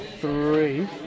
Three